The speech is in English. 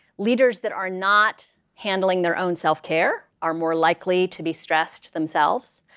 leaders that are not handling their own self-care are more likely to be stressed themselves.